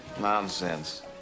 nonsense